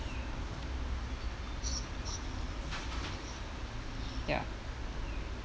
ya